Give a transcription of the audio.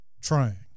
trying